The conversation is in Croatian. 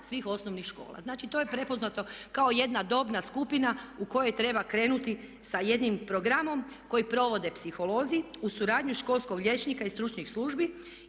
svih osnovnih škola. Znači, to je prepoznato kao jedna dobna skupina u kojoj treba krenuti sa jednim programom koji provode psiholozi uz suradnju školskog liječnika i stručnih službi